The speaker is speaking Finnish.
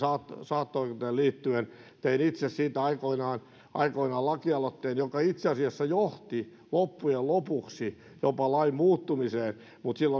saattohoitoon liittyen tein itse siitä aikoinaan aikoinaan lakialoitteen joka itse asiassa johti loppujen lopuksi jopa lain muuttumiseen sillä